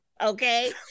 okay